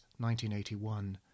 1981